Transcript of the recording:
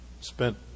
spent